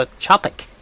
topic